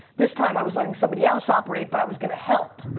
this time i was letting somebody else operate but i was going to help.